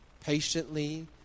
patiently